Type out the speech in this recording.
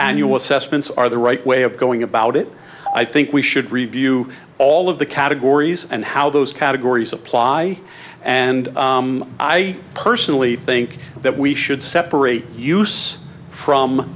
annual assessments are the right way of going about it i think we should review all of the categories and how those categories apply and i personally think that we should separate use from